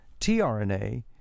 tRNA